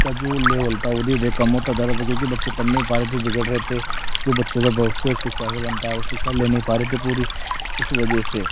का जो लेवल था वो धीरे धीरे कम होता जा रहा था क्योंकि बच्चे पढ़ नहीं पा रहे थे बिगड़ रहे थे जो बच्चों का भविष्य एक शिक्षा से बनता है वो शिक्षा ले नहीं पा रहे थे पूरी इस वजह से